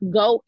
go